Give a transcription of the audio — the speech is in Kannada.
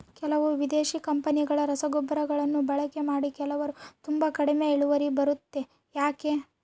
ಕೆಲವು ವಿದೇಶಿ ಕಂಪನಿಗಳ ರಸಗೊಬ್ಬರಗಳನ್ನು ಬಳಕೆ ಮಾಡಿ ಕೆಲವರು ತುಂಬಾ ಕಡಿಮೆ ಇಳುವರಿ ಬರುತ್ತೆ ಯಾಕೆ?